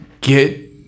get